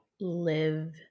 live